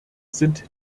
sind